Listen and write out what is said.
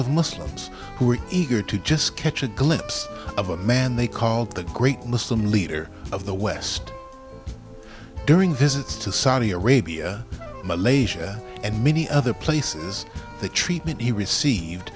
of muslims who are eager to just catch a glimpse of a man they called the great muslim leader of the west during visits to saudi arabia malaysia and many other places the treatment he received